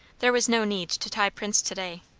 there was no need to tie prince to-day.